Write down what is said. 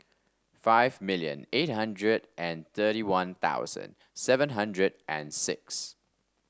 five million eight hundred and thirty One Thousand seven hundred and six